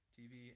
TV